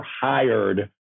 hired